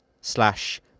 slash